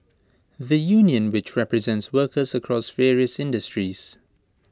the union which represents workers across various industries